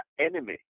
enemy